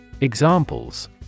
Examples